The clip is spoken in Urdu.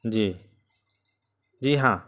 جی جی ہاں